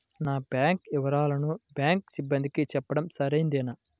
నా బ్యాంకు వివరాలను బ్యాంకు సిబ్బందికి చెప్పడం సరైందేనా?